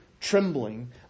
trembling